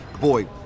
boy